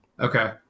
Okay